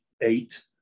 eight